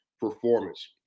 performance